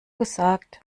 gesagt